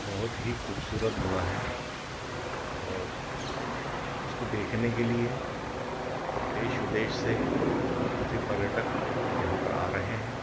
बहुत ही खूबसूरत बना है और उसको देखने के लिए देश विदेश से काफी पर्यटक यहाँ पर आ रहे हैं